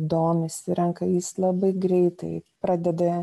domisi renka jis labai greitai pradeda